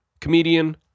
comedian